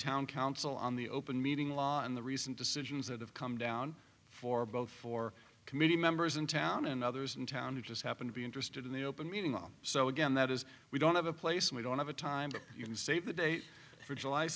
town council on the open meeting law and the recent decisions that have come down for both four committee members in town and others in town who just happen to be interested in the open meeting on so again that is we don't have a place and we don't have a time but you can save the date for july